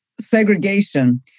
segregation